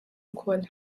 ukoll